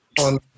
on